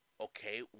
okay